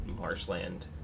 marshland